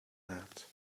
mat